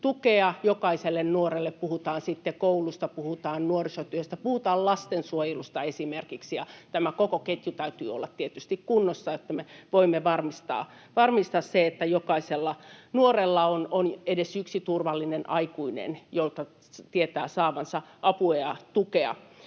tukea jokaiselle nuorelle, puhutaan sitten koulusta, puhutaan nuorisotyöstä, puhutaan lastensuojelusta esimerkiksi. Tämän koko ketjun täytyy olla tietysti kunnossa, että me voimme varmistaa sen, että jokaisella nuorella on edes yksi turvallinen aikuinen, jolta tietää saavansa apua ja tukea.